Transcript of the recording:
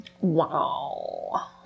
wow